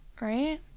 right